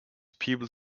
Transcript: people